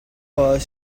while